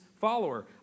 follower